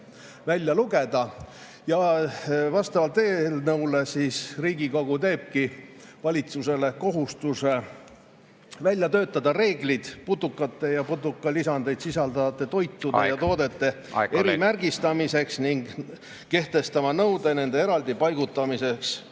välja lugeda. Vastavalt eelnõule Riigikogu teebki valitsusele kohustuse välja töötada reeglid putukate ja putukalisandeid sisaldavate toitude ja toodete erimärgistamiseks … Aeg! Aeg, kolleeg! … ning kehtestada nõue nende eraldi paigutamiseks